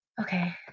Okay